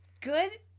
good